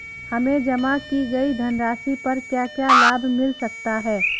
हमें जमा की गई धनराशि पर क्या क्या लाभ मिल सकता है?